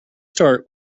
start